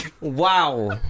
Wow